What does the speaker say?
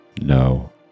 No